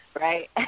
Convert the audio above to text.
right